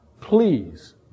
Please